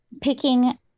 Picking